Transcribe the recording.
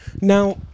Now